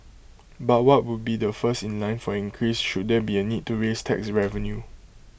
but what would be the first in line for an increase should there be A need to raise tax revenue